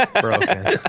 broken